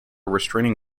restraining